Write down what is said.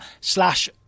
slash